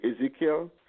Ezekiel